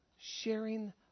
Sharing